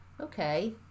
okay